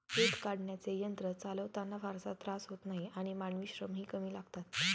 दूध काढण्याचे यंत्र चालवताना फारसा त्रास होत नाही आणि मानवी श्रमही कमी लागतात